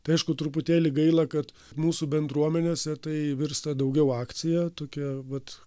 tai aišku truputėlį gaila kad mūsų bendruomenėse tai virsta daugiau akcija tokia vat